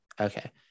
okay